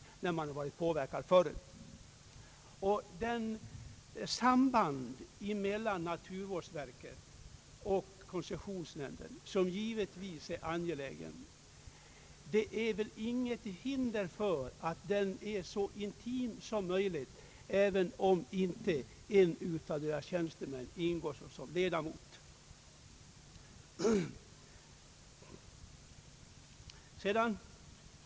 Det är väl inget hinder för att det sker ett samarbete mellan naturvårdsverket och koncessionsnämnden. Det samarbetet kan naturligtvis vara mycket intimt, även om inte en av naturvårdsverkets tjänstemän ingår som ledamot i nämnden.